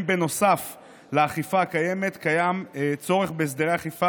נוסף לאכיפה הקיימת קיים צורך בהסדרי אכיפה